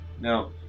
No